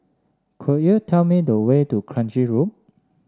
could you tell me the way to Kranji Loop